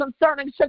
concerning